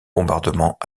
bombardements